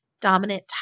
dominant